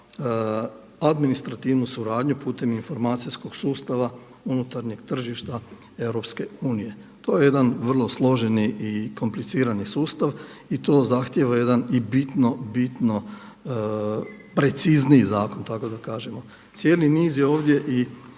administrativnu suradnju putem informacijskog sustava unutarnjeg tržišta EU. To je jedan vrlo složeni i komplicirani sustav i to zahtjeva jedan i bitno, bitno precizniji zakon tako da kažemo. Cijeli niz je ovdje i